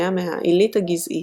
היה מ"העילית הגזעית".